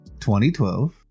2012